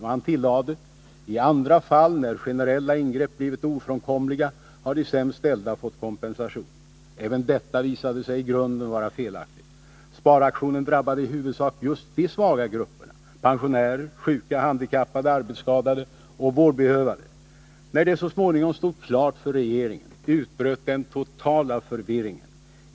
Och han tillade: ”I andra fall, när generella ingrepp blivit ofrånkomliga, har de sämst ställda fått kompensation.” Även detta visade sig i grunden vara felaktigt. Sparaktionen drabbade i huvudsak just de svaga grupperna — pensionärer, sjuka, handikappade, arbetsskadade och vårdbehövande. När det så småningom stod klart för regeringen utbröt den totala förvirringen.